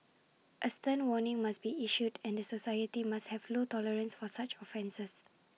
A stern warning must be issued and society must have low tolerance for such offences